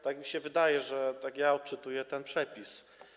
Tak mi się wydaje, tak ja odczytuję ten przepis.